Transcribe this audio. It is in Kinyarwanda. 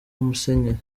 musenyeri